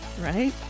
right